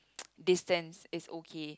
distance is okay